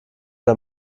der